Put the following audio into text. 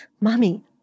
mommy